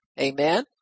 Amen